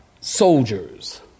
soldiers